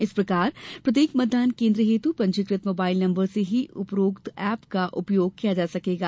इस प्रकार प्रत्येक मतदान केन्द्र हेत् पंजीकृत मोबाईल नम्बर से ही उपरोक्त एप का उपयोग किया जा सकेगा